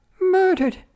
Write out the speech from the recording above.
Murdered